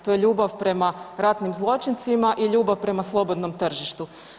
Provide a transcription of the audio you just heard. To je ljubav prema ratnim zločincima i ljubav prema slobodnom tržištu.